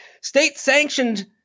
state-sanctioned